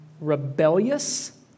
rebellious